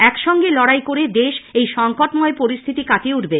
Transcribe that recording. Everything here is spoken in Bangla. এক সঙ্গে লড়াই করেই দেশ এই সংকটময় পরিস্থিতি কাটিয়ে উঠবে